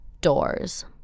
doors